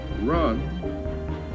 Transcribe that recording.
run